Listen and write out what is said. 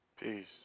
Peace